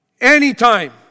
Anytime